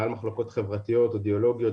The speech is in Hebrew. מעל מחלוקות חברתיות ואידיאולוגיות.